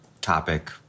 topic